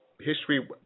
history